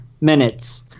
minutes